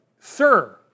Sir